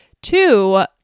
Two